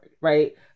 right